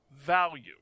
value